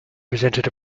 presented